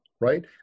right